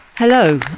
Hello